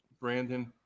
Brandon